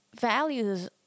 values